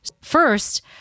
First